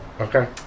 Okay